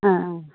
औ औ